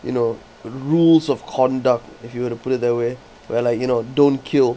you know rules of conduct if you were to put it that way well like you know don't kill